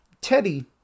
Teddy